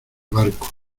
barco